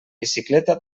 bicicleta